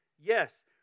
Yes